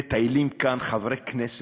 מטיילים כאן חברי כנסת,